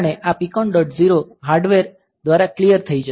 0 hardware દ્વારા clear થઈ જશે